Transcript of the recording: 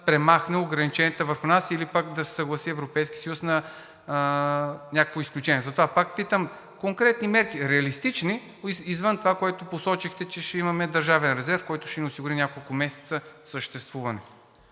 да премахне ограниченията върху нас или пък да се съгласи Европейският съюз на някакво изключение. Затова пак питам: конкретни мерки – реалистични, извън това, което посочихте, че ще имаме държавен резерв, който ще ни осигури няколко месеца съществуване?